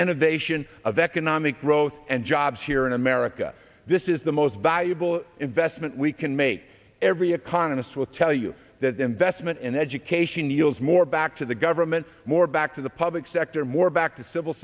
innovation of economic growth and jobs here in america this is the most valuable investment we can make every economist will tell you that investment in education yields more back to the government more back to the public sector more back to civil